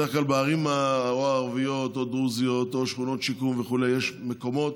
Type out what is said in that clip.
בדרך כלל בערים הערביות או הדרוזיות או שכונות שיקום וכו' יש מקומות